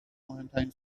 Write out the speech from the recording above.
مهمترین